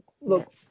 look